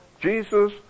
Jesus